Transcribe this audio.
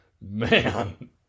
man